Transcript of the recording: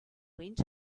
went